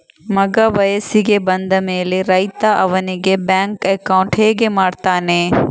ಮಗ ವಯಸ್ಸಿಗೆ ಬಂದ ಮೇಲೆ ರೈತ ಅವನಿಗೆ ಬ್ಯಾಂಕ್ ಅಕೌಂಟ್ ಹೇಗೆ ಮಾಡ್ತಾನೆ?